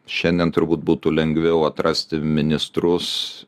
šiandien turbūt būtų lengviau atrasti ministrus